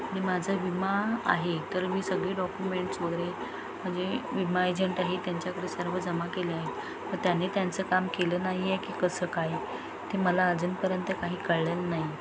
आणि माझं विमा आहे तर मी सगळी डॉक्युमेंट्स वगैरे म्हणजे विमा एजंट आहे त्यांच्याकडे सर्व जमा केले आहे मग त्याने त्यांचं काम केलं नाही आहे की कसं काय ते मला अजूनपर्यंत काही कळलेलं नाही